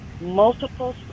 multiple